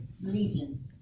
Legion